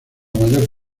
mayor